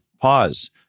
pause